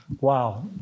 Wow